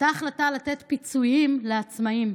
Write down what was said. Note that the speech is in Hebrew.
הייתה החלטה לתת פיצויים לעצמאים.